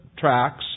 tracks